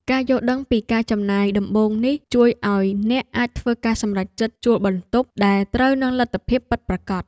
ការយល់ដឹងពីការចំណាយដំបូងនេះជួយឱ្យអ្នកអាចធ្វើការសម្រេចចិត្តជួលបន្ទប់ដែលត្រូវនឹងលទ្ធភាពពិតប្រាកដ។